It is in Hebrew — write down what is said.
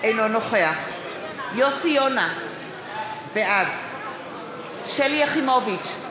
אינו נוכח יוסי יונה, בעד שלי יחימוביץ,